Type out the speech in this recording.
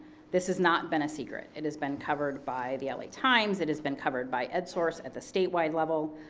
this has not been a secret. it has been covered by the l a. times. it has been covered by ed source at the statewide level.